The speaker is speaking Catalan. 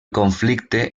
conflicte